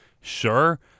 Sure